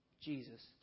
Jesus